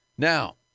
Now